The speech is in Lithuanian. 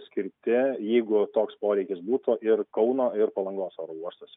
skirti jeigu toks poreikis būtų ir kauno ir palangos oro uostuose